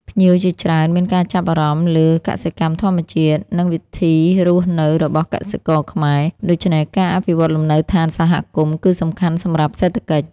ភ្ញៀវជាច្រើនមានការចាប់អារម្មណ៍លើកសិកម្មធម្មជាតិ និងវិធីរស់នៅរបស់កសិករខ្មែរ ដូច្នេះការអភិវឌ្ឍលំនៅដ្ឌានសហគមន៍គឺសំខាន់សម្រាប់សេដ្ឋកិច្ច។